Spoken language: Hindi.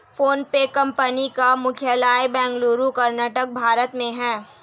फोनपे कंपनी का मुख्यालय बेंगलुरु कर्नाटक भारत में है